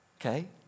Okay